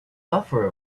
buffer